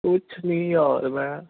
ਕੁਛ ਨਹੀਂ ਯਾਰ ਮੈਂ